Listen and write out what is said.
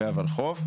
והולחו"ף.